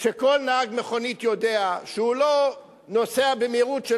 שכל נהג מכונית יודע שהוא לא נוסע במהירות של